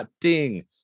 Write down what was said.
Ding